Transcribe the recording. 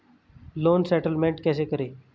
Loan settlement कैसे करें?